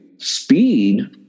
speed